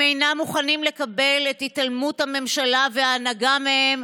הם אינם מוכנים לקבל את התעלמות הממשלה וההנהגה מהם,